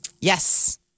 Yes